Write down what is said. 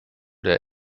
der